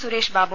Suresh Babu